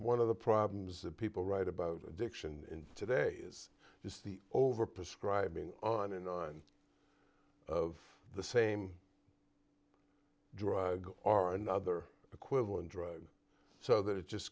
one of the problems people write about addiction in today is just the overprescribing on and on of the same drug or another equivalent drug so that it just